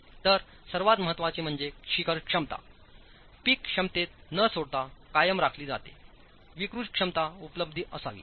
तर सर्वात महत्त्वाचे म्हणजे शिखर क्षमता Peak क्षमतेत न सोडता कायम राखली जातेविकृत क्षमता उपलब्ध असावी